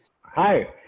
Hi